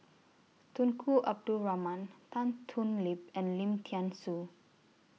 Tunku Abdul Rahman Tan Thoon Lip and Lim Thean Soo